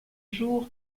jour